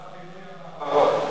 מבצע בינוי המעברות.